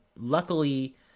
luckily